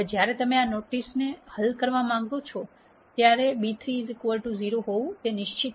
હવે જ્યારે તમે આ નોટિસને હલ કરવા માંગતા હોવ કે b3 એ 0 હોવું નિશ્ચિત છે